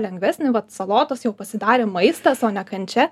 lengvesnį vat salotos jau pasidarė maistas o ne kančia